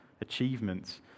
achievements